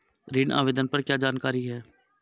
ऋण आवेदन पर क्या जानकारी है?